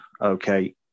okay